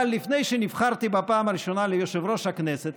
לפני שנבחרתי בפעם הראשונה ליושב-ראש הכנסת,